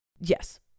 Yes